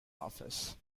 office